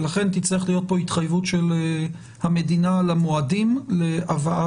לכן תצטרך להיות כאן התחייבות של המדינה למועדים להבאת